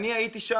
אני הייתי שם,